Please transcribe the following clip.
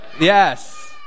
Yes